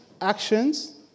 actions